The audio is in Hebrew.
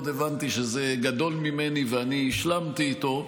הבנתי שזה גדול ממני ואני השלמתי איתו,